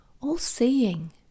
all-seeing